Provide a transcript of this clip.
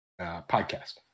podcast